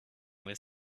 with